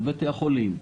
על בתי החולים,